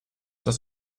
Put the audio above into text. das